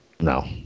No